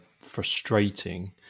frustrating